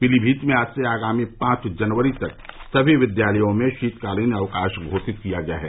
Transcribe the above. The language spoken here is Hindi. पीलीभीत में आज से आगामी पांच जनवरी तक सभी विद्यालयों में शीतकालीन अवकाश घोषित किया गया है